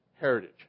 heritage